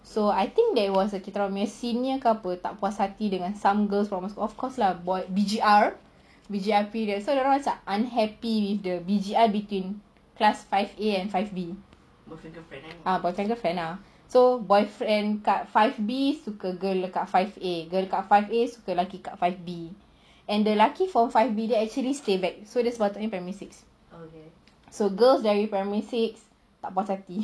so I think there was a kita orang punya senior ke apa tak puas hati dengan some girl from of course lah boy B_G_R so dorang macam unhappy with the B_G_R between class five A and five B ah so boyfriend kat five B suka girl kat five A girl kat five A suka lelaki kat five B but lucky for five B they actually stayed back during primary six so girls primary six tak puas hati